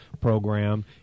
program